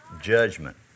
Judgment